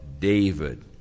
David